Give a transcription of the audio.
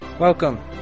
Welcome